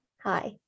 Hi